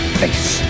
face